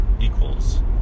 equals